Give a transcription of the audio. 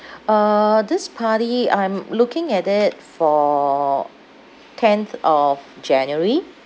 uh this party I'm looking at it for tenth of january